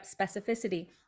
specificity